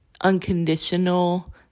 unconditional